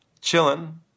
Chilling